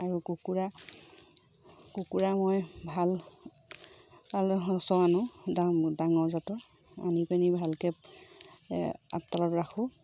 আৰু কুকুৰা কুকুৰা মই ভাল সঁচৰ আনো ডাঙৰ জাতৰ আনি পিনি ভালকৈ আপডালত ৰাখোঁ